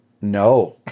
No